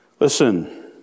Listen